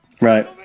Right